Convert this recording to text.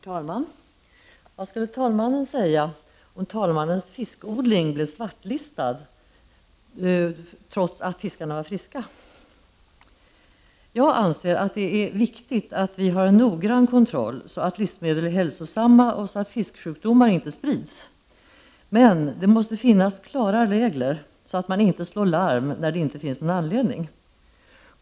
Herr talman! Vad skulle talmannen säga om talmannens fiskodling blev svartlistad, trots att fiskarna var friska? Jag anser att det är viktigt att vi har noggrann kontroll, så att livsmedel är hälsosamma och så att fisksjukdomar inte sprids. Men det måste finnas klara regler, så att man inte slår larm när det inte finns någon anledning.